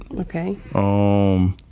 Okay